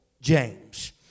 James